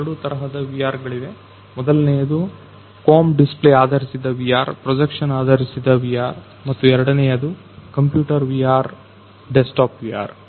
ಎರಡು ತರಹದ VR ಗಳಿವೆ ಮೊದಲನೆಯದು ಕೊಂ ಡಿಸ್ಪ್ಲೇ ಆಧರಿಸಿದ VR ಪ್ರೊಜೆಕ್ಷನ್ ಆಧರಿಸಿದ VR ಮತ್ತು ಎರಡನೆಯದು ಕಂಪ್ಯೂಟರ್ VR ಡೆಸ್ಕ್ಟಾಪ್ VR